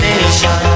nation